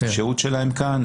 את השהות שלהם כאן,